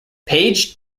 page